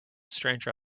stranger